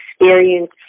experience